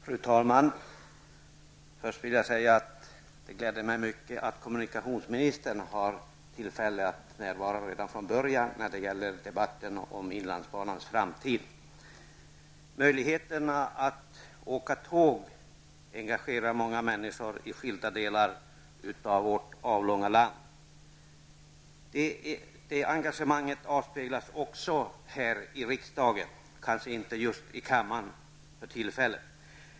Fru talman! Först vill jag säga att det gläder mig mycket att kommunikationsministern har tillfälle att närvara redan från början när det gäller debatten om inlandsbanans framtid. Möjligheterna att åka tåg är en fråga som engagerar många människor i skilda delar av vårt avlånga land. Det engagemanget avspeglas också här i riksdagen -- kanske inte just för tillfället i kammaren.